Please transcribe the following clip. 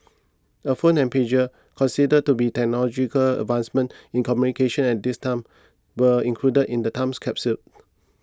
a phone and pager considered to be technological advancements in communication at this time were included in the times capsule